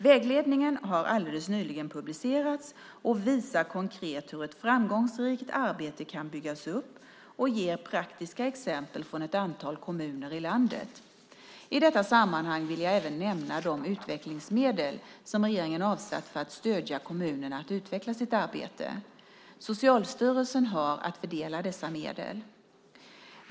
Vägledningen har alldeles nyligen publicerats. Den visar konkret hur ett framgångsrikt arbete kan byggas upp och ger praktiska exempel från ett antal kommuner i landet. I detta sammanhang vill jag även nämna de utvecklingsmedel som regeringen har avsatt för att stödja kommunerna att utveckla sitt arbete. Socialstyrelsen har att fördela dessa medel.